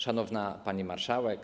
Szanowna Pani Marszałek!